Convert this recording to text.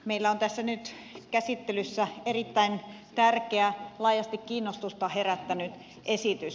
meillä on tässä nyt käsittelyssä erittäin tärkeä laajasti kiinnostusta herättänyt esitys